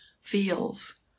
feels